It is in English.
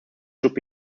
should